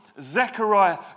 Zechariah